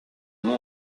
nom